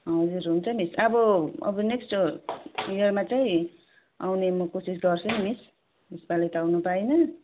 हजुर हुन्छ मिस अब अब नेक्स्ट यरमा चाहिँ आउने म कोसिस गर्छु नि मिस यसपालि त आउनु पाइनँ